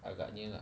agaknya lah